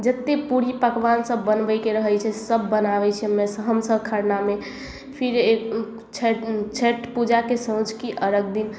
जतेक पूरी पकबान सब बनबैके रहै छै सब बनाबै छियै हम्मे हमसब खरनामे फिर छठि छठि पूजाके साँझुकी अर्घ दिन